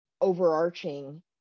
overarching